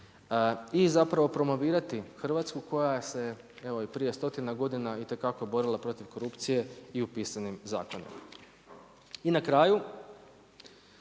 i zapravo promovirati Hrvatsku koja se evo i prije stotina godina itekako borila protiv korupcije i u pisanim zakonima. I na kraju,